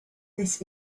this